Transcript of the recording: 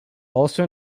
also